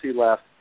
left